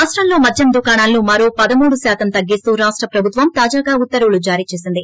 రాష్టంలో మద్యం దుకాణాలను మరో పదమూడు శాతం తగ్గిస్తూ రాష్ట ప్రభుత్వం తాజాగా ఉత్తర్వులు జారీ చేసింది